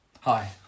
Hi